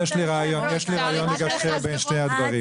יש לי רעיון לגשר בין שני הדברים.